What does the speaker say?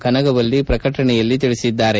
ಕನಗವಲ್ಲಿ ಪ್ರಕಟಣೆಯಲ್ಲಿ ತಿಳಿಸಿದ್ದಾರೆ